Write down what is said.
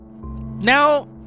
Now